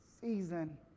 season